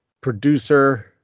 producer